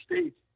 states